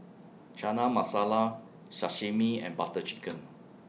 Chana Masala Sashimi and Butter Chicken